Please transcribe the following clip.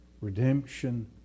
redemption